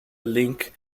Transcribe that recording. link